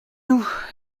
nous